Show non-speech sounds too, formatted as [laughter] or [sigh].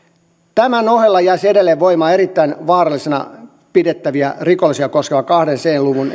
tämän ohella jäisi edelleen voimaan erittäin vaarallisena pidettäviä rikollisia koskeva kaksi c luvun [unintelligible]